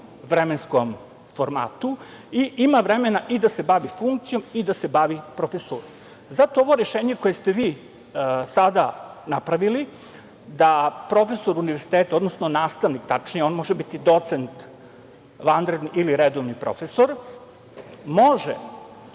vremenskom formatu i ima vremena i da se bavi funkcijom i da se bavi profesurom. Zato ovo rešenje koje ste vi sada napravili, da profesor univerziteta odnosno nastavnik, tačnije, on može biti docent, vanredni ili redovni profesor, može